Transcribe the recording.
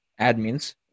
admins